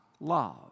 love